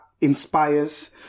inspires